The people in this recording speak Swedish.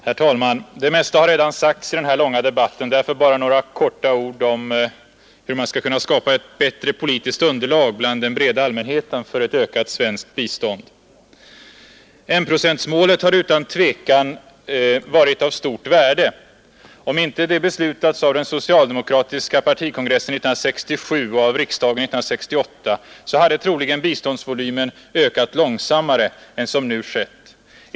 Herr talman! Det mesta har redan sagts i den här långa debatten. Därför ämnar jag bara säga några ord om hur man skall kunna skapa ett bättre politiskt underlag bland den breda allmänheten för ett ökat svenskt bistånd. Enprocentsmålet har utan tvivel varit av stort värde. Om inte det beslutats av den socialdemokratiska partikongressen 1967 och av riksdagen 1968, hade troligen biståndsvolymen ökat långsammare än som nu skett.